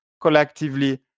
collectively